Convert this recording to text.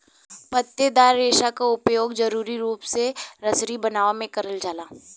पत्तेदार रेसा क उपयोग जरुरी रूप से रसरी बनावे में करल जाला